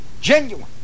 genuine